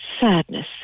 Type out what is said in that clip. sadness